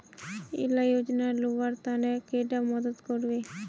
इला योजनार लुबार तने कैडा मदद करबे?